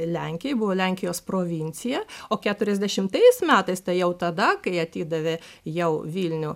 lenkijai buvo lenkijos provincija o keturiasdešimtais metais tai jau tada kai atidavė jau vilnių